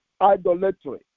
idolatry